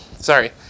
sorry